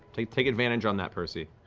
take take advantage on that, percy.